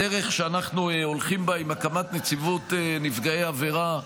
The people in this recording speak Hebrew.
הדרך שאנחנו הולכים בה עם הקמת נציבות נפגעי עבירה,